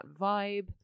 vibe